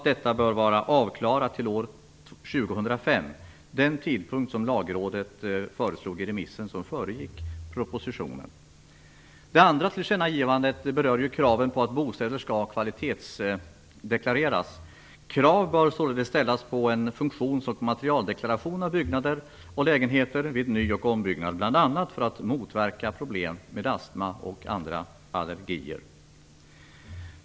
Detta bör vara avklarat till år 2005, den tidpunkt som Lagrådet föreslog i den remiss som föregick propositionen. Det andra tillkännagivandet rör krav på att bostäder skall kvalitetsdeklareras. Krav bör således ställas på en funktions och materialdeklaration av byggnader och lägenheter vid ny och ombyggnad, bl.a. för att motverka problem med astma och andra allergier.